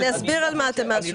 אני אסביר על מה אתם מאשרים.